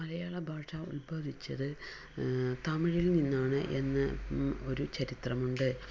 മലയാള ഭാഷ ഉല്ഭവിച്ചത് തമിഴില് നിന്നാണ് എന്ന് ഒരു ചരിത്രമുണ്ട്